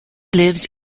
lives